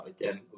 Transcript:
Again